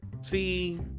see